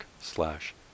slash